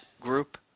group